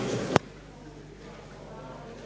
Hvala,